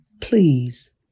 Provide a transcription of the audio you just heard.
Please